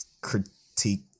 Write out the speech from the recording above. critique